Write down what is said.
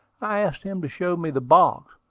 i asked him to show me the box,